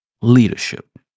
leadership